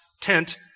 tent